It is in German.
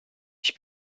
ich